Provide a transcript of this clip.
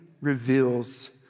reveals